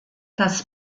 das